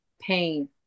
pain